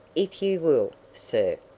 if you will, sir,